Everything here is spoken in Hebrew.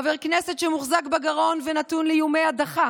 חבר כנסת שמוחזק בגרון ונתון לאיומי הדחה